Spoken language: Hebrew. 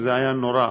וזה היה נורא.